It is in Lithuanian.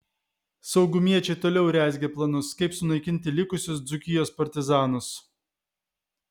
saugumiečiai toliau rezgė planus kaip sunaikinti likusius dzūkijos partizanus